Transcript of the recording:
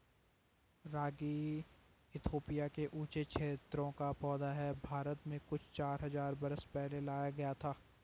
रागी Ethiopia के ऊँचे क्षेत्रों का पौधा है भारत में कुछ चार हज़ार बरस पहले लाया गया था